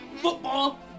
football